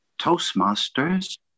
toastmasters